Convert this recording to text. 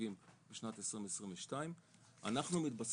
הרוגים בשנת 2022. אנחנו מתבססים